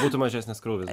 būtų mažesnis krūvis